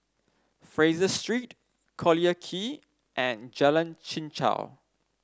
Fraser Street Collyer Quay and Jalan Chichau